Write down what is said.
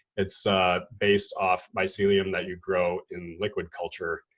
it's based off mycelium that you grow in liquid culture.